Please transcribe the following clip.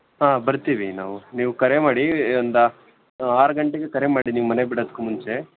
ಹಾಂ ಬರ್ತೀವಿ ನಾವು ನೀವು ಕರೆ ಮಾಡಿ ಒಂದು ಆರು ಗಂಟೆಗೆ ಕರೆ ಮಾಡಿ ನಿಮ್ಮ ಮನೆ ಬಿಡಕ್ಕೆ ಮುಂಚೆ